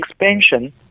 expansion